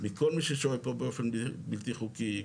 מכל מי ששוהה פה באופן בלתי חוקי,